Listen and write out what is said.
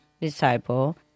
disciple